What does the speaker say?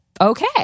okay